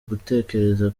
gutekereza